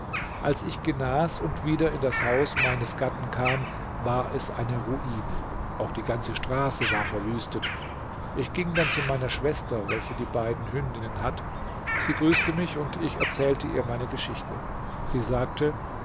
als ich genas und wieder in das haus meines gatten kam war es eine ruine auch die ganze straße war verwüstet ich ging dann zu meiner schwester welche die beiden hündinnen hat sie grüßte mich und ich erzählte ihr meine geschichte sie sagte